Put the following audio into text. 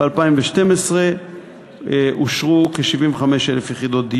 וב-2012 אושרו כ-75,000 יחידות,